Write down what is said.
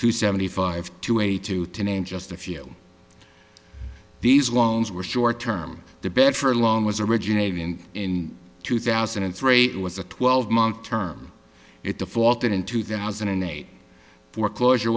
to seventy five to eighty two to name just a few these loans were short term the bet for a loan was originated and in two thousand and three it was a twelve month term it defaulted in two thousand and eight foreclosure